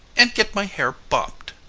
and get my hair bobbed.